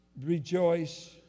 Rejoice